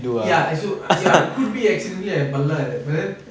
ya and so ya could be accidentally I pallaa eh but then